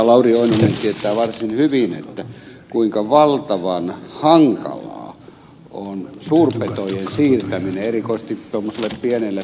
lauri oinonen tietää varsin hyvin kuinka valtavan hankalaa on suurpetojen siirtäminen erikoisesti tuommoiselle pienelle pläntille